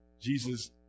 Jesus